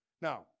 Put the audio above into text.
Now